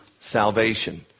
salvation